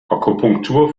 akupunktur